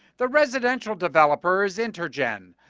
the residential developers, and turgeon,